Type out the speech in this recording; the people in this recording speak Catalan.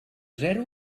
zero